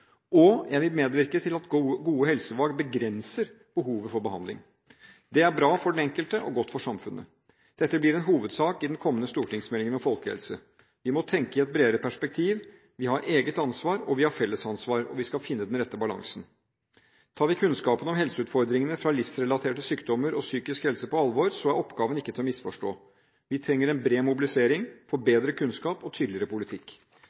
og jeg vil medvirke til at gode helsevalg begrenser behovet for behandling. Det er bra for den enkelte og godt for samfunnet. Dette blir en hovedsak i den kommende stortingsmeldingen om folkehelse. Vi må tenke i et bredere perspektiv. Vi har eget ansvar, og vi har felles ansvar, og vi skal finne den rette balansen. Tar vi kunnskapen om helseutfordringene fra livsstilsrelaterte sykdommer og psykisk helse på alvor, er oppgaven ikke til å misforstå: Vi trenger en bred mobilisering – for bedre kunnskap og tydeligere politikk.